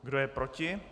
Kdo je proti?